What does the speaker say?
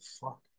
fuck